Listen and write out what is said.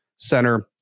Center